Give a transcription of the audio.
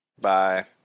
Bye